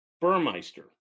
Burmeister